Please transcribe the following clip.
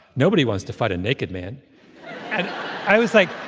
nobody wants to fight a naked man and i was like,